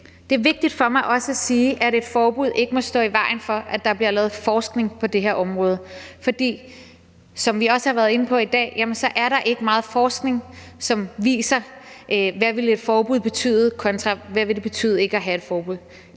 Det er vigtigt for mig også at sige, at et forbud ikke må stå i vejen for, at der bliver lavet forskning på det her område, for, som vi også har været inde på i dag, er der ikke ret meget forskning, som viser, hvad et forbud vil betyde, kontra hvad det vil betyde ikke at have et forbud.